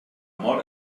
mort